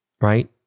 right